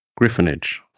griffinage